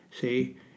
see